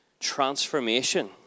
transformation